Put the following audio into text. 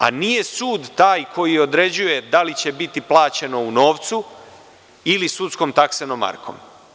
A nije sud taj koji određuje da li će biti plaćeno u novcu ili sudskom taksenom markom.